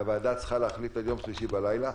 והוועדה צריכה להחליט עד יום שלישי בלילה,